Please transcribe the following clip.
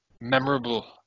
memorable